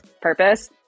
purpose